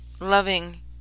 loving